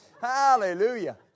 Hallelujah